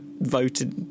voted